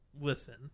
listen